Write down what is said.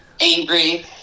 angry